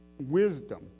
wisdom